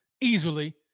Easily